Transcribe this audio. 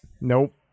Nope